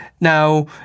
Now